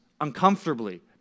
uncomfortably